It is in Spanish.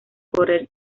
correr